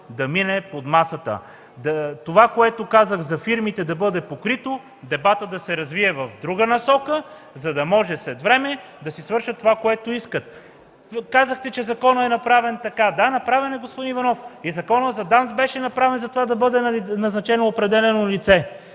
да мине под масата. Това, което казах за фирмите, да бъде покрито и дебатът да се развие в друга посока, за да може след време да си свършат това, което искат. Казахте, че законът е направен така. Да, направен е, господин Иванов. И Законът за ДАНС беше направен, за да бъде назначено определено лице.